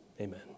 amen